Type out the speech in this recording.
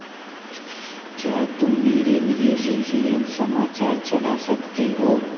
क्या तुम मेरे लिए सी सी एन समाचार चला सकते हो